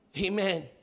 Amen